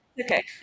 okay